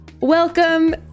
welcome